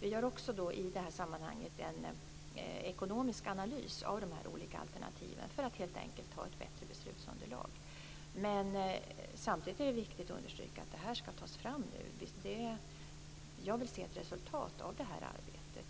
Vi gör också i det sammanhanget en ekonomisk analys av de olika alternativen för att helt enkelt ha ett bättre beslutsunderlag. Samtidigt är det viktigt att understryka att det här nu ska tas fram. Jag vill se ett resultat av det här arbetet.